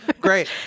great